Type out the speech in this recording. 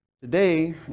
Today